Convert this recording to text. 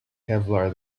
kevlar